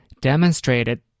demonstrated